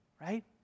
right